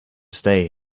stay